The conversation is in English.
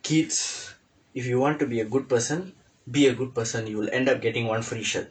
kids if you want to be a good person be a good person you will end up getting one free shirt